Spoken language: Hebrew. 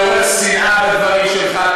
שגם אתה מעורר שנאה בדברים שלך,